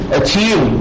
achieve